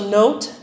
note